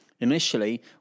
Initially